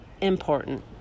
important